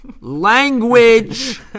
Language